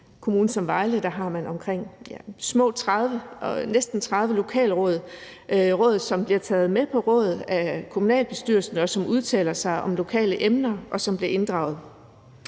en kommune som Vejle Kommune har man næsten 30 lokalråd; råd, som bliver taget med på råd af kommunalbestyrelsen, som udtaler sig om lokale emner, og som bliver inddraget.